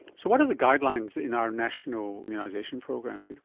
so what are the guidelines in our national immunisation program,